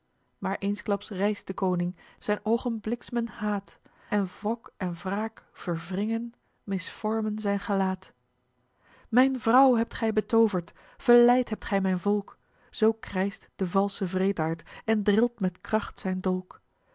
maar eensklaps rijst de koning zijn oogen bliks'men haat en wrok en wraak verwringen misvormen zijn gelaat mijn vrouw hebt gij betooverd verleid hebt gij mijn volk zoo krijscht de valsche wreedaard en drilt met kracht zijn dolk